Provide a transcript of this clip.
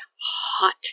hot